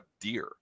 DEER